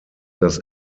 das